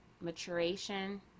maturation